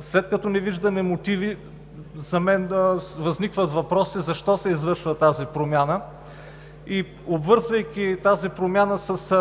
След като не виждаме мотиви, за мен възниква въпросът: защо се извършва тази промяна? Обвързвайки тази промяна със